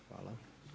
Hvala.